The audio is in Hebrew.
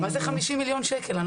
מה זה 50 מיליון שקלים?